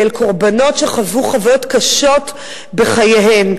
כאל קורבנות שחוו חוויות קשות בחייהן.